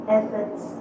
efforts